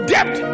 Debt